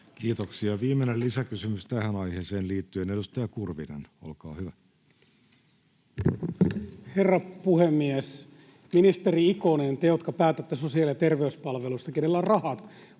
Kiitoksia. — Viimeinen lisäkysymys tähän aiheeseen liittyen. Edustaja Kurvinen, olkaa hyvä. Herra puhemies! Ministeri Ikonen, te, jotka päätätte sosiaali- ja terveyspalveluista, joilla on rahat